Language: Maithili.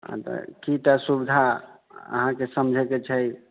हँ तऽ की तऽ सुविधा अहाँकेँ समझैके छै